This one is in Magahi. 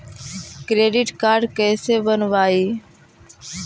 क्रेडिट कार्ड कैसे बनवाई?